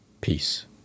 Peace